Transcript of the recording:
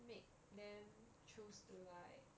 make them choose to like